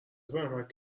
زحمت